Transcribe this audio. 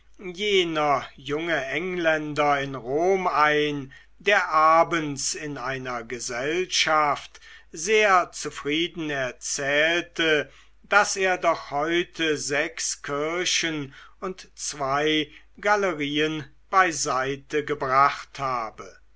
jener junge engländer in rom ein der abends in einer gesellschaft sehr zufrieden erzählte daß er doch heute sechs kirchen und zwei galerien beiseitegebracht habe